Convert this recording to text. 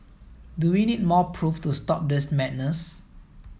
do we need more proof to stop this madness